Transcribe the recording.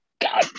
God